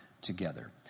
together